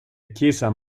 chiesa